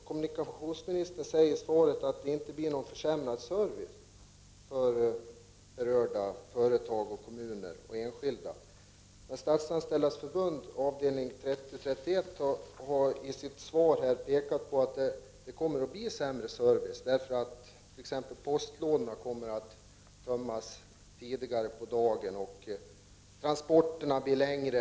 Kommunikationsministern säger i svaret att det inte blir någon försämrad service för berörda kommuner, företag och enskilda. Statsanställdas förbund avdelning 3031 har påpekat att det kommer att bli sämre service eftersom bl.a. postlådorna måste tömmas tidigare på dagen och transporterna blir längre.